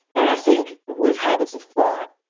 and i think with habits of thought,